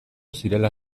zirela